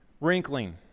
wrinkling